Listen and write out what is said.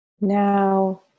now